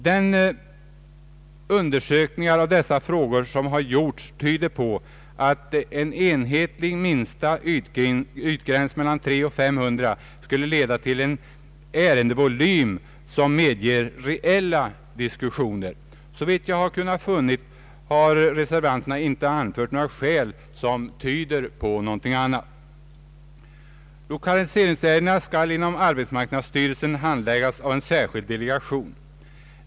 De undersökningar av dessa frågor som har gjorts tyder på att en enhetlig minsta ytgräns om 300—500 kvadratmeter skulle leda till en ärendevolym som medger reella diskussioner. Såvitt jag har kunnat finna har reservanterna inte anfört några skäl som skulle tyda på något annat. Lokaliseringsärendena skall inom arbetsmarknadsstyrelsen handläggas av en särskild delegation.